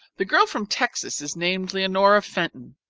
the girl from texas is named leonora fenton.